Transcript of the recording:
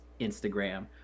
Instagram